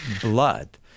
blood